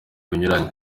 binyuranye